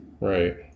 Right